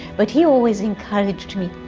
but he always encouraged me,